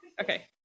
Okay